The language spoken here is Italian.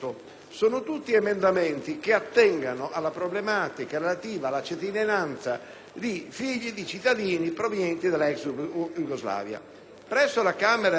dalla disciolta federazione della ex Jugoslavia. Presso la Camera dei deputati è già incardinato un disegno di legge concernente la cittadinanza